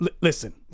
Listen